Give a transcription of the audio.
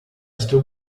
still